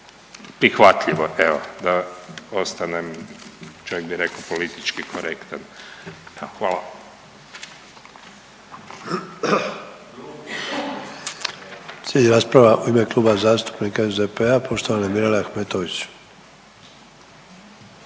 prihvatljivo evo da ostanem čak bi rekao politički korektan. Hvala.